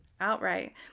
outright